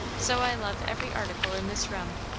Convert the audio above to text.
so i love every article in this room,